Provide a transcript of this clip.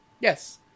yes